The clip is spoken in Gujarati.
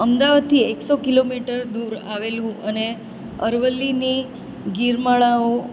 અમદાવાદથી એકસો કિલોમીટર દૂર આવેલું અને અરવલ્લીની ગિરીમાળાઓ